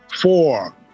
four